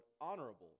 honorable